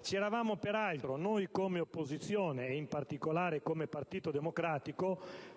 Ci eravamo peraltro predisposti - noi dell'opposizione ed in particolare del Partito Democratico